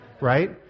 Right